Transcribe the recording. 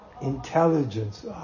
intelligence